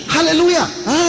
Hallelujah